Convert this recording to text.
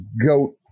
goat